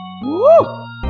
Woo